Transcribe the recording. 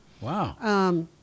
Wow